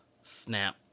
snap